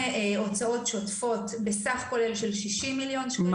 והוצאות שוטפות בסך כולל של 60 מיליון שקלים.